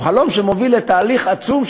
הוא חלום שמוביל לתהליך עצום,